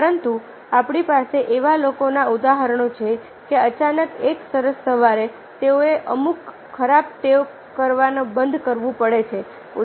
પરંતુ આપણી પાસે એવા લોકોના ઉદાહરણો છે કે અચાનક એક સરસ સવારે તેઓએ અમુક ખરાબ ટેવો કરવાનું બંધ કરવું પડે છે